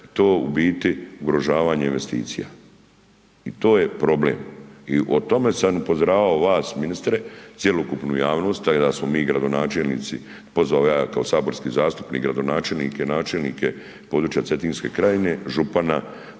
to u biti ugrožavanje investicija. I to je problem i o tome sam upozoravao vas ministre, cjelokupnu javnost tak da smo mi gradonačelnici, pozvao ja kao saborski zastupnik gradonačelnike, načelnike područja Cetinske krajine, župana